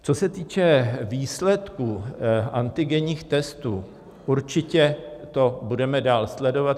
Co se týče výsledku antigenních testů, určitě to budeme dál sledovat.